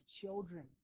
children